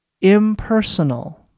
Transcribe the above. impersonal